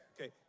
Okay